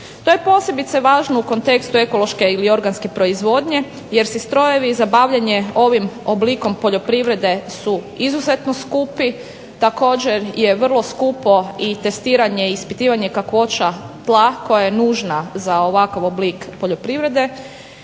To je posebice važno u kontekstu ekološke ili organske proizvodnje jer strojevi za bavljenje ovim oblikom poljoprivrede su izuzetno skupi. Također, je vrlo skupo i testiranje i ispitivanje kakvoća tla koja je nužna za ovakav oblik poljoprivrede,